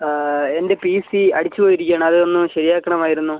എൻ്റെ P C അടിച്ച് പോയിരിക്കുകയാണ് അതൊന്ന് ശരിയാക്കണമായിരുന്നു